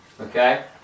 Okay